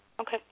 okay